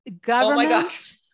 government